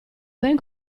ben